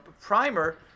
primer